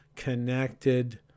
connected